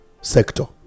sector